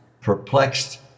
Perplexed